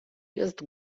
jest